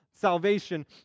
salvation